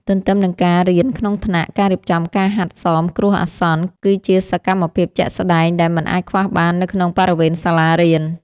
ទន្ទឹមនឹងការរៀនក្នុងថ្នាក់ ការរៀបចំការហាត់សមគ្រោះអាសន្ន គឺជាសកម្មភាពជាក់ស្ដែងដែលមិនអាចខ្វះបាននៅក្នុងបរិវេណសាលារៀន។